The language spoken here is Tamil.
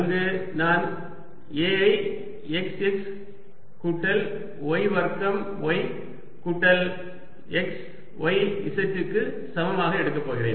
அங்கு நான் A ஐ xx கூட்டல் y வர்க்கம் y கூட்டல் x y z க்கு சமமாக எடுக்கப் போகிறேன்